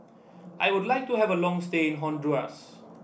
I would like to have a long stay in Honduras